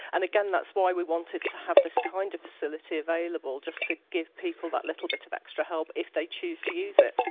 and again, that's why we wanted to have this kind of facility available, just to give people that little bit of extra help if they choose to use it.